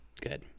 good